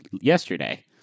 yesterday